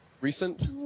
recent